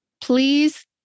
please